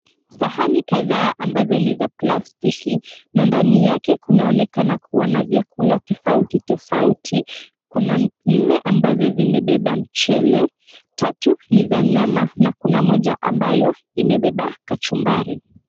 Sahani kadhaa ambazo ni za plastiki na ndani yake kunaonekana kuwa na vyakula tofauti tofauti. Kuna nne ambazo zimebeba mchele, tatu ni za nyama na kuna moja ambayo imebeba kachumbari.